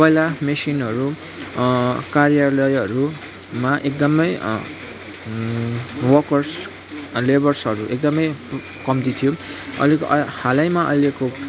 पहिला मसिनहरू कार्यलयहरूमा एकदमै वर्कर्स लेबर्सहरू एकदमै कम्ती थियो अलिक हालैमा अहिलेको